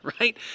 right